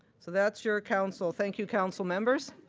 so that's your council. thank you council members.